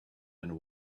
and